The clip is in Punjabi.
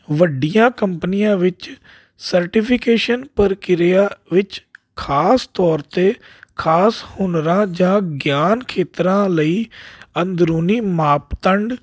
ਵੱਡੀਆਂ ਕੰਪਨੀਆਂ ਵਿੱਚ ਸਰਟੀਫਿਕੇਸ਼ਨ ਪ੍ਰਕਿਰਿਆ ਵਿੱਚ ਖ਼ਾਸ ਤੌਰ 'ਤੇ ਖ਼ਾਸ ਹੁਨਰਾਂ ਜਾਂ ਗਿਆਨ ਖੇਤਰਾਂ ਲਈ ਅੰਦਰੂਨੀ ਮਾਪਦੰਡ